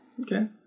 okay